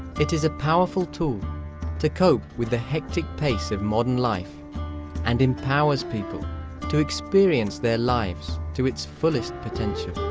it is a powerful tool to cope with the hectic pace of modern life and empowers people to experience their lives to its fullest potential.